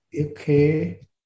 Okay